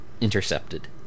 intercepted